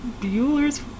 Bueller's